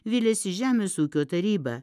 viliasi žemės ūkio taryba